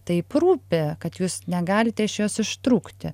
taip rūpi kad jūs negalite iš jos ištrūkti